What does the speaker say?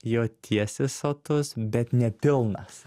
jautiesi sotus bet ne pilnas